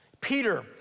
Peter